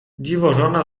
dziwożona